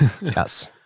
Yes